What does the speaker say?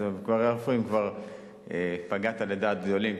אז לגבי הרופאים כבר כיוונת לדעת גדולים,